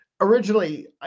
Originally